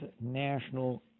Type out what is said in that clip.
national